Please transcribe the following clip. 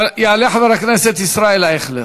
יעלה חבר הכנסת ישראל אייכלר,